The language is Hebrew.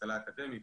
השכלה אקדמית,